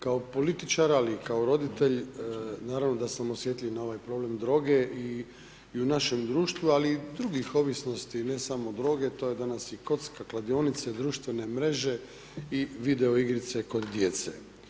Kao političar, ali i kao roditelj, naravno da sam osjetljiv na ovaj problem droge i u našem društvu, ali i drugih ovisnosti, ne samo droge, to je danas i kocka, kladionice, društvene mreže i video igrice kod djece.